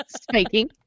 Speaking